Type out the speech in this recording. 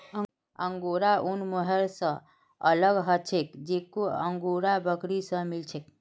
angora ऊन mohair स अलग ह छेक जेको अंगोरा बकरी स मिल छेक